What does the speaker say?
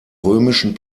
römischen